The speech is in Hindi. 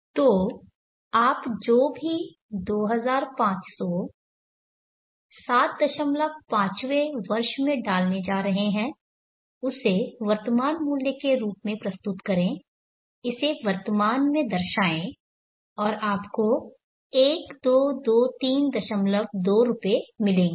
तो आप जो भी 2500 75वें वर्ष में डालने जा रहे हैं उसे वर्तमान मूल्य के रूप में प्रस्तुत करें इसे वर्तमान में दर्शाएं और आपको 12232 रुपए मिलेंगे